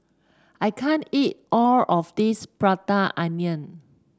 I can't eat all of this Prata Onion